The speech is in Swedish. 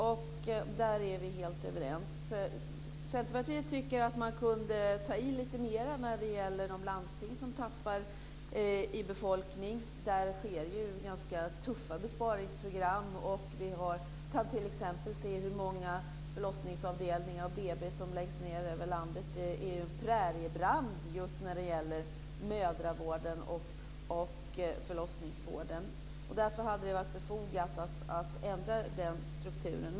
Där är vi helt överens. Centerpartiet tycker att man kunde ta i lite mer när det gäller de landsting som tappar i befolkning. Där har man ju ganska tuffa besparingsprogram. Vi kan t.ex. se hur många förlossningsavdelningar och BB som läggs ned över landet. Det är en präriebrand just när det gäller mödravården och förlossningsvården. Därför hade det varit befogat att ändra den strukturen.